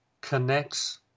connects